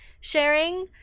sharing –